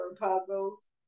puzzles